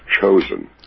chosen